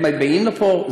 הם באים לפה,